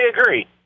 agree